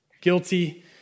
Guilty